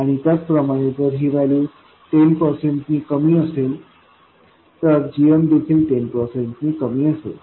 आणि त्याचप्रमाणे जर ही व्हॅल्यू 10 पर्सेंट नी कमी असेल तर gmदेखील 10 पर्सेंट नी कमी असेल